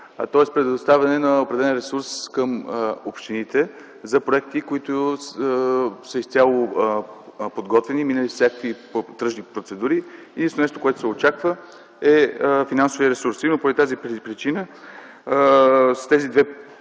то е с предоставяне на определен ресурс към общините за проекти, които са изцяло подготвени, минали са всякакви тръжни процедури и единственото нещо, което се очаква, е финансовият ресурс. Именно поради тази причина с тези две